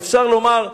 ואפשר לומר: